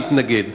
מתנגד,